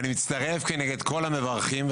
אני מצטרף לכל המברכים.